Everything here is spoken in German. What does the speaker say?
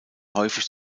häufig